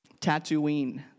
Tatooine